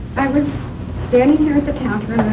i was standing here at the counter.